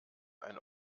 ein